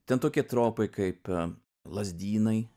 ten tokie tropai kaip lazdynai